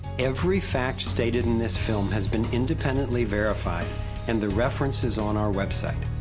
every fact stated in this film has been independently verified and the reference is on our website.